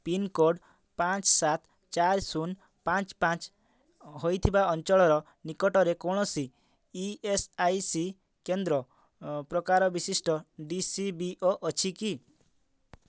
pincode ପାଞ୍ଚ ସାତ ଚାରି ଶୂନ ପାଞ୍ଚ ପାଞ୍ଚ ହୋଇଥିବା ଅଞ୍ଚଳର ନିକଟରେ କୌଣସି ଇ ଏସ୍ ଆଇ ସି କେନ୍ଦ୍ର ପ୍ରକାର ବିଶିଷ୍ଟ ଡ଼ି ସି ବି ଓ ଅଛି କି